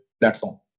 platform